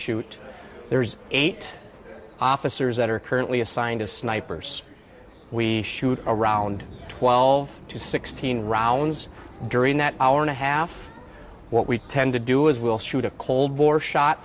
shoot there's eight officers that are currently assigned as snipers we shoot around twelve to sixteen rounds during that hour and a half what we tend to do is we'll shoot a cold war shot